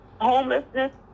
homelessness